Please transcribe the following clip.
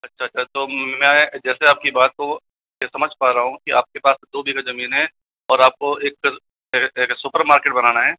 अच्छा अच्छा तो मैं जैसे आपकी बात को जो समझ पा रहा हूँ कि आपके पास दो बीघा जमीन है और आपको एक एक सुपर मार्केट बनाना है